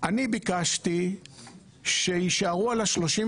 אני ביקשתי שיישארו על ה-38